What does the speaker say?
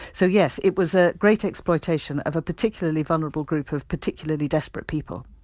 so, yes, it was a great exploitation of a particularly vulnerable group of particularly desperate people.